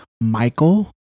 michael